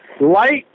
light